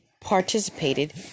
participated